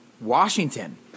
Washington